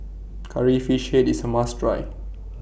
Curry Fish Head IS A must Try